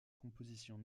composition